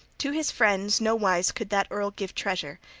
to his friends no wise could that earl give treasure!